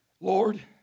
Lord